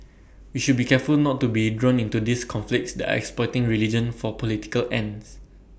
we should be careful not to be drawn into these conflicts that are exploiting religion for political ends